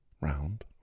round